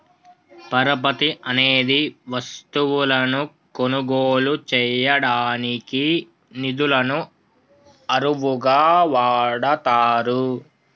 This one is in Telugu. పరపతి అనేది వస్తువులను కొనుగోలు చేయడానికి నిధులను అరువుగా వాడతారు